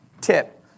tip